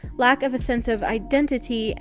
lack of a sense of identity, and